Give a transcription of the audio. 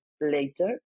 later